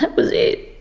that was it.